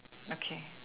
okay